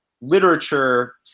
literature